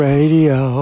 Radio